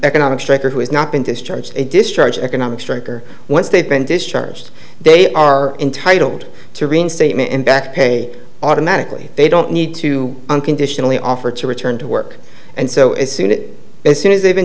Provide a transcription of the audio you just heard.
economic striker who has not been discharged a discharge economic striker once they've been discharged they are entitled to reinstatement and back pay automatically they don't need to unconditionally offer to return to work and so as soon as soon as they've been